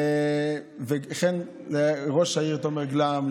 וכן לראש העיר תומר גלאם,